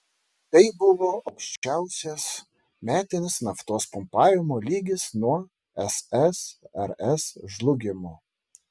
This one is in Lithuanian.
tai buvo aukščiausias metinis naftos pumpavimo lygis nuo ssrs žlugimo